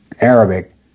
Arabic